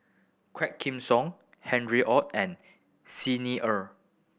Quah Kim Song Harry Ord and Xi Ni Er